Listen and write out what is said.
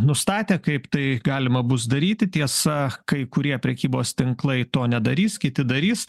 nustatė kaip tai galima bus daryti tiesa kai kurie prekybos tinklai to nedarys kiti darys